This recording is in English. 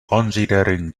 considering